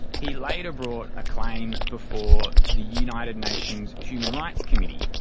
he later brought a claim before the united nations human rights committee,